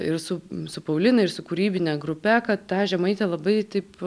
ir su su paulina ir su kūrybine grupe kad tą žemaitę labai taip